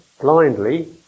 blindly